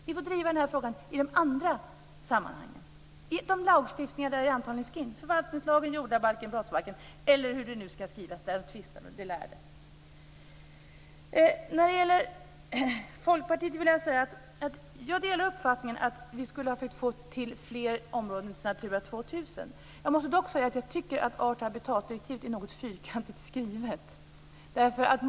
Vi får driva den här frågan i de andra sammanhangen, i de lagstiftningar där den antagligen ska in, dvs. förvaltningslagen, jordabalken eller brottsbalken, eller hur det nu ska skrivas - därom tvista väl de lärde. Till Folkpartiet vill jag säga att jag delar uppfattningen att vi skulle ha försökt få fler områden till Natura 2000. Jag tycker dock att art och habitatdirektivet är något fyrkantigt skrivet.